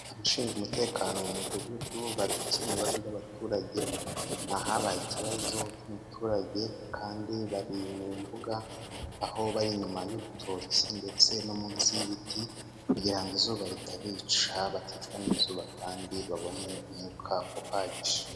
Abashinzwe umutekano mu Mudugudu bari gukemura ibibazo by'abaturage, ni ahabaye ikibazo cy'umuturage kandi bari mu mbuga, aho bari inyuma y'urutoki ndetse no munsi y'ibiti kugira ngo izuba ritabica, baticwa n'izuba kandi babone umwuka uhagije.